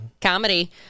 Comedy